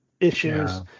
issues